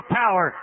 power